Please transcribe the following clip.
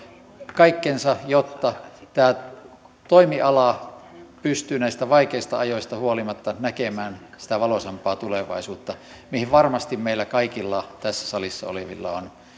kaikkeni jotta tämä toimiala pystyy näistä vaikeista ajoista huolimatta näkemään sitä valoisampaa tulevaisuutta mihin varmasti meillä kaikilla tässä salissa olevilla on